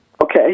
Okay